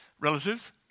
relatives